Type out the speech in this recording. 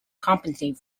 compensate